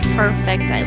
perfect